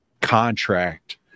contract